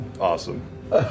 Awesome